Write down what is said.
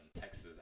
Texas